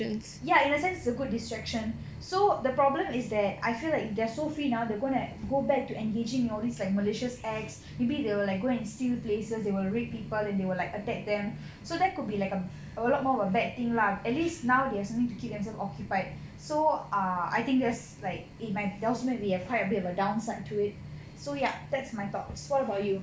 ya in a sense it's a good distraction so the problem is that I feel like if they're so free now they are going to go back to engaging in all these like malicious acts maybe they will like go and steal places they will rape people and they will like attack them so that could be like a a lot more of a bad thing lah at least now they have something to keep themselves occupied so err I think there's like it might that might also maybe err quite a bit of a downside to it so ya that's my thoughts what about you